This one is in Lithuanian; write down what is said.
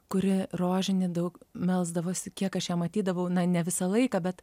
kuri rožinį daug melsdavosi kiek aš ją matydavau na ne visą laiką bet